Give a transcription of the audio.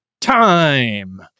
time